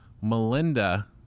Melinda